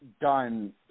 done